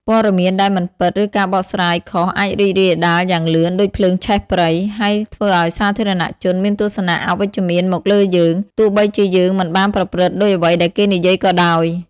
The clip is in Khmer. ព័ត៌មានដែលមិនពិត ឬការបកស្រាយខុសអាចរីករាលដាលយ៉ាងលឿនដូចភ្លើងឆេះព្រៃ ហើយធ្វើឱ្យសាធារណជនមានទស្សនៈអវិជ្ជមានមកលើយើង ទោះបីជាយើងមិនបានប្រព្រឹត្តដូចអ្វីដែលគេនិយាយក៏ដោយ។